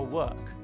work